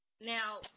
Now